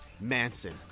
Manson